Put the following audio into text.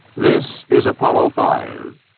this is apollo five,